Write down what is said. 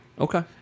Okay